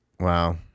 Wow